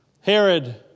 Herod